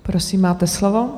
Prosím, máte slovo.